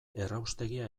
erraustegia